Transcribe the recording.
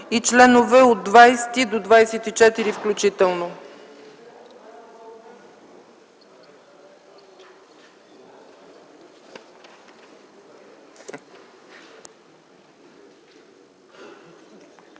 на членове от 50 до 53 включително